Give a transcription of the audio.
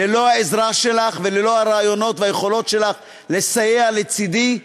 ללא העזרה שלך וללא הרעיונות והיכולות שלך לסייע לצדי,